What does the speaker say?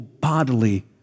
bodily